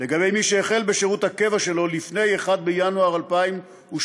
לגבי מי שהחל בשירות הקבע שלו לפני 1 בינואר 2017,